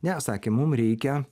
ne sakė mum reikia